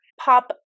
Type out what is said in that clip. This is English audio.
pop